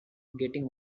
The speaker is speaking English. getting